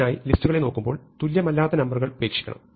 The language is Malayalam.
ഇതിനായി ലിസ്റ്റുകളെ നോക്കുമ്പോൾ തുല്യമല്ലാത്ത നമ്പറുകൾ ഉപേക്ഷിക്കണം